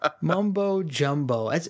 Mumbo-jumbo